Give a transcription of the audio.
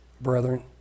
brethren